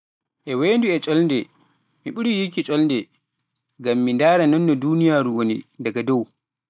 E weendu e ƴolde mi ɓurii yikki ƴolde, ngam mi ndaara non no duuniyraaru woni daga dow